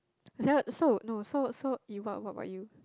what's that so no so so you what what what about you